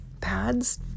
pads